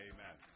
Amen